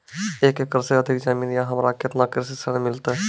एक एकरऽ से अधिक जमीन या हमरा केतना कृषि ऋण मिलते?